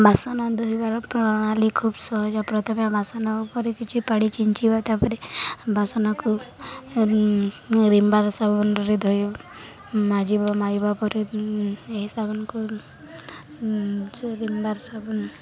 ବାସନ ଧୋଇବାର ପ୍ରଣାଳୀ ଖୁବ୍ ସହଜ ପ୍ରଥମେ ବାସନ ଉପରେ କିଛି ପାଣି ଚିଞ୍ଚିବା ତାପରେ ବାସନକୁ ରିମ୍ ବାର୍ ସାବୁନରେ ଧୋଇବ ମାଜିବ ମାଜିବା ପରେ ଏହି ସାବୁନକୁ ସେ ରିମ୍ ବାର୍ ସାବୁନ